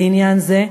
לעניין זה,